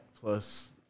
plus